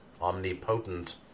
Omnipotent